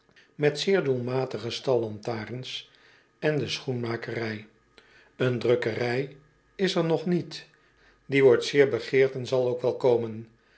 met zeer doelmatige stallantares en de schoenmakerij een drukkerij is er nog niet die wordt zeer begeerd en zal ook wel komen